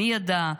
מי ידע?